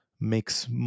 makes